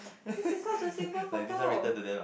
this is not just a single photo